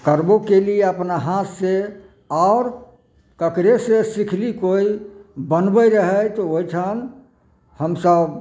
करबो केली अपना हाथ से आओर तकरे से सिखली कोइ बनबै रहै तऽ ओहिठाम हमसब